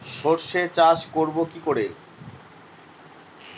সর্ষে চাষ করব কি করে?